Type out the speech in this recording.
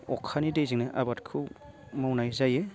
अखानि दैजोंनो आबादखौ मावनाय जायो